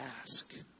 ask